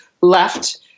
left